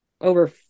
over